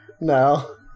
no